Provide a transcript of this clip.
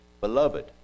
Beloved